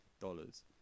dollars